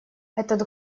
этот